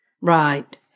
Right